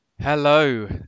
hello